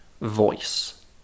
voice